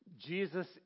Jesus